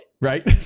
Right